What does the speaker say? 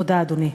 תודה, אדוני.